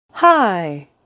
Hi